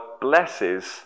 blesses